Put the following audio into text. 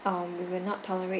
um we will not tolerate